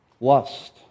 lust